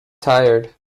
tired